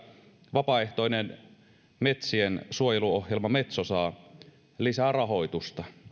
vapaaehtoinen metsiensuojeluohjelma metso saa lisää rahoitusta